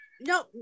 No